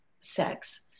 sex